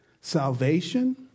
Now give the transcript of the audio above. Salvation